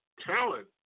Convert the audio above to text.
talent